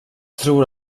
tror